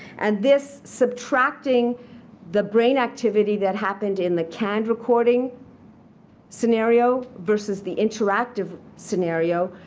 and this subtracting the brain activity that happened in the canned recording scenario versus the interactive scenario,